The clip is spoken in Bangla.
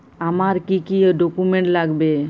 আমার কি কি ডকুমেন্ট লাগবে?